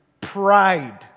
pride